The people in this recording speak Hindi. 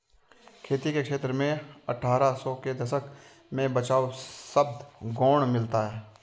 खेती के क्षेत्र में अट्ठारह सौ के दशक में बचाव शब्द गौण मिलता है